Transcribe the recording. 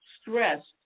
stressed